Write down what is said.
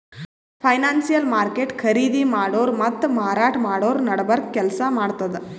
financial market ಖರೀದಿ ಮಾಡೋರ್ ಮತ್ತ್ ಮಾರಾಟ್ ಮಾಡೋರ್ ನಡಬರ್ಕ್ ಕೆಲ್ಸ್ ಮಾಡ್ತದ್